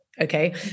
okay